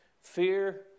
fear